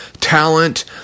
talent